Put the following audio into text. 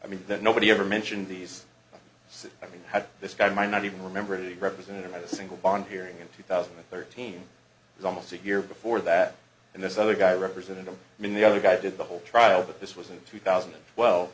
mean that nobody ever mentioned these sit i mean had this guy might not even remember it represented in a single bond hearing in two thousand and thirteen was almost a year before that and this other guy represented him in the other guy did the whole trial that this was in two thousand and twel